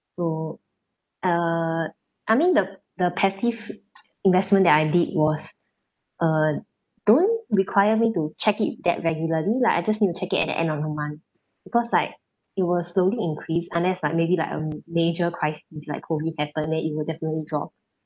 so uh I mean the the passive investment that I did was uh don't require me to check it that regularly lah I just need to check it at the end of the month because like it will slowly increase unless like maybe like a major crisis like COVID happen then it will definitely drop